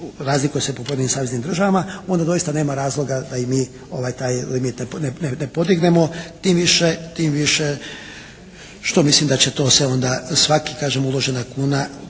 razlikuje se po pojedinim saveznim državama. Onda doista nema razloga da i mi taj limit ne podignemo. Tim više, tim više što mislim da će to se onda svaki kažem uložena kuna